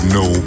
no